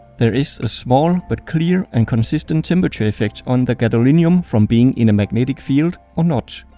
there is a small, but clear and consistent temperature effect on the gadolinium from being in a magnetic field or not.